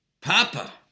Papa